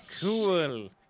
Cool